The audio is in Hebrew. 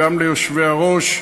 גם ליושבי-הראש,